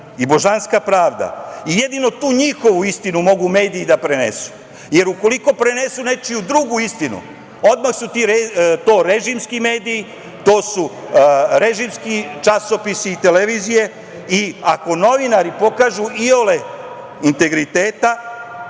i božanska pravda. Jedino tu njihovu istinu mogu mediji da prenesu. Ukoliko prenesu nečiju drugu istinu, odmah su to režimski mediji, to su režimski časopisi i televizije i ako novinari pokažu iole integriteta,